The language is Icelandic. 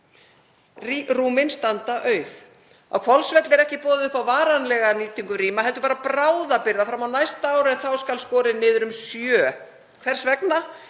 rúmin standa auð. Á Hvolsvelli er ekki boðið upp á varanlega nýtingu rýma heldur bara bráðabirgðanýtingu fram á næsta ár en þá skal skorið niður um sjö. Hvers vegna?